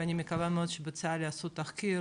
ואני מקווה מאוד שבצה"ל יעשו תחקיר